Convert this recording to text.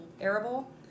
Arable